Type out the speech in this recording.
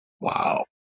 Wow